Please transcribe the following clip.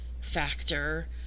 factor